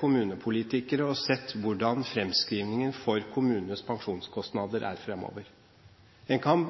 kommunepolitikere, hvor jeg har sett hvordan framskrivingen for kommunenes pensjonskostnader er framover. Man kan